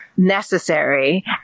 necessary